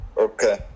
Okay